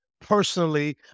personally